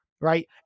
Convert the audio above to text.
right